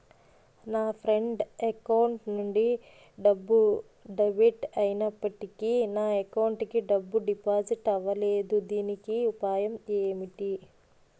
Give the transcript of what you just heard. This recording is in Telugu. నా ఫ్రెండ్ అకౌంట్ నుండి డబ్బు డెబిట్ అయినప్పటికీ నా అకౌంట్ కి డబ్బు డిపాజిట్ అవ్వలేదుదీనికి ఉపాయం ఎంటి?